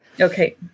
Okay